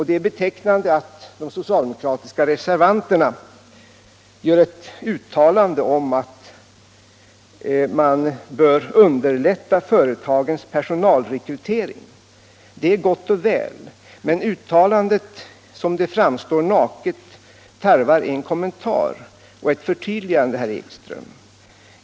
Det är betecknande att de socialdemokratiska reservanterna gör ett uttalande om att man bör underlätta företagens personalrekrytering. Det är gott och väl, men uttalandet som det framstår naket tarvar en kommentar och ett förtydligande, herr Ekström.